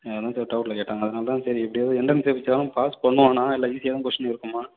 அதனால் தான் சார் டவுட்டில் கேட்டேன் அதனால தான் சரி எப்படியாவது என்ட்ரன்ஸ் எக்ஸாம் பாஸ் பண்ணுவானா இல்லை ஈஸியாக தான் கொஸ்டின் இருக்குமா